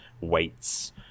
weights